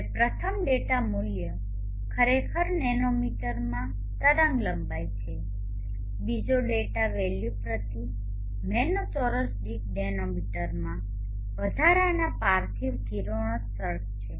હવે પ્રથમ ડેટા મૂલ્ય ખરેખર નેનોમીટરમાં તરંગલંબાઇ છે બીજો ડેટા વેલ્યુ પ્રતિ મેનો ચોરસ દીઠ નેનોમીટરમાં વધારાના પાર્થિવ કિરણોત્સર્ગ છે